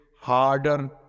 harder